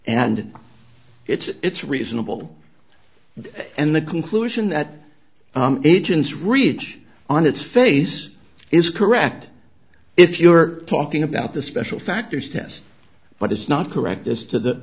and it's reasonable and the conclusion that agents ridge on it's face is correct if you're talking about the special factors test but it's not correct as to the